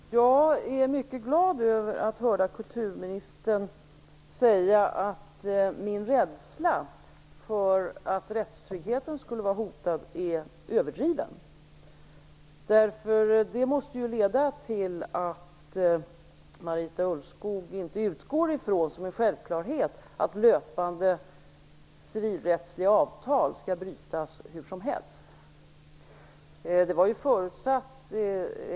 Herr talman! Jag är mycket glad över att höra kulturministern säga att min rädsla för att rättstryggheten skulle vara hotad är överdriven. Det måste ju betyda att Marita Ulvskog inte utgår ifrån att löpande civilrättsliga avtal skall kunna brytas hur som helst.